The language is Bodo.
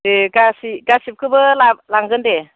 दे गासै गासिबखौबो ला लांगोन दे